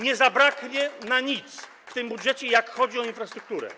Nie zabraknie na nic w tym budżecie, jeśli chodzi o infrastrukturę.